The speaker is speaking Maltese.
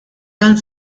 dan